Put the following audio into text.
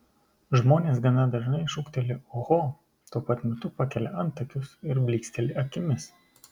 žmonės gana dažnai šūkteli oho tuo pat metu pakelia antakius ir blyksteli akimis